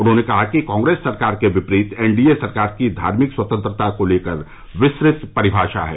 उन्होंने कहा कि कांग्रेस सरकार के विपरीत एन डी ए सरकार की धार्मिक स्वतंत्रता को लेकर विस्तृत परिभाषा है